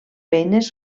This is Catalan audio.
feines